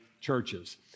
churches